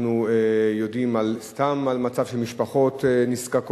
אנחנו יודעים על סתם, על מצב של משפחות נזקקות.